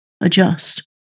adjust